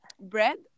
bread